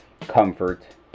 Comfort